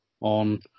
on